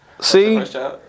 See